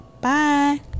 Bye